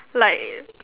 like